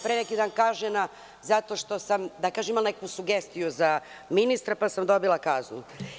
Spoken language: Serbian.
Pre neki dan sam kažnjena zato što sam imala neku sugestiju za ministra, pa sam dobila kaznu.